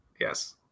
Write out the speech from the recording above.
Yes